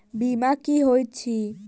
बीमा की होइत छी?